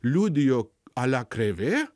liudijo a lia krėvė